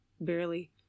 barely